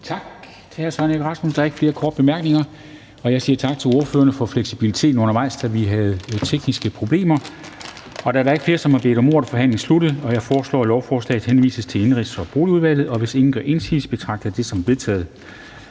Tal til hr. Søren Egge Rasmussen. Der er ikke flere korte bemærkninger. Og jeg siger tak til ordførerne for fleksibiliteten undervejs, da vi havde tekniske problemer. Da der ikke er flere, der har bedt om ordet, er forhandlingen sluttet. Jeg foreslår, at lovforslaget henvises til Indenrigs- og Boligudvalget. Hvis ingen gør indsigelse, betragter jeg det som vedtaget.